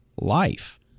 life